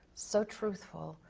so truthful,